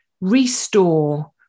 restore